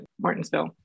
Martinsville